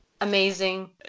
Amazing